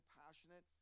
passionate